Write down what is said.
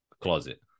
closet